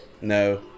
no